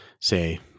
say